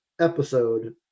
episode